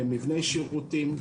מבני שירותים.